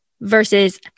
versus